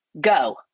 Go